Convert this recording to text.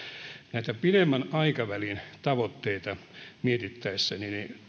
näitä pidemmän aikavälin tavoitteita mietittäessä